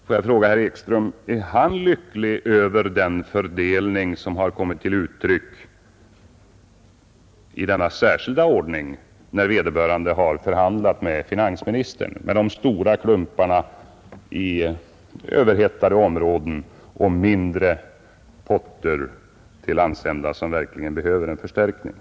Får jag då fråga herr Ekström: Är herr Ekström lycklig över den fördelning som har skett när vederbörande nu har förhandlat med finansministern om frisläppande i varje särskilt fall? De stora summorna har då gått till överhettade områden och de mindre potterna till landsändar som verkligen behöver en förstärkning.